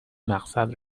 مقصد